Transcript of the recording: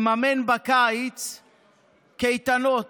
לממן בקיץ קייטנות